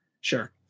Sure